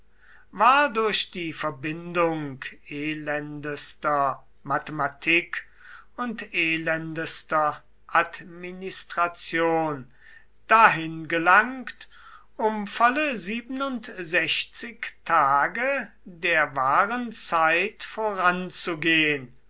war durch die verbindung elendester mathematik und elendester administration dahin gelangt um volle tage der wahren zeit voranzugehen